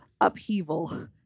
upheaval